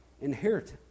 inheritance